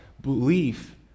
belief